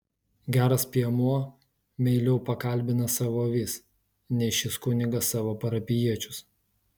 geras piemuo meiliau pakalbina savo avis nei šis kunigas savo parapijiečius